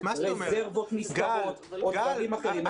רזרבות נסתרות או דברים אחרים.